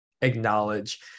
acknowledge